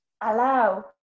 allow